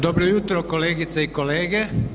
Dobro jutro kolegice i kolege!